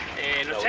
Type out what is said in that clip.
and